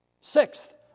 Sixth